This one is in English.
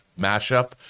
mashup